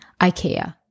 Ikea